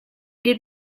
did